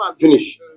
Finish